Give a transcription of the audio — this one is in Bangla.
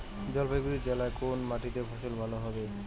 জলপাইগুড়ি জেলায় কোন মাটিতে ফসল ভালো হবে?